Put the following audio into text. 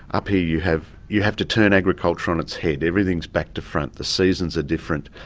up here you have you have to turn agriculture on its head. everything's back to front. the seasons are different,